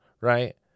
Right